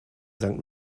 sankt